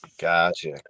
gotcha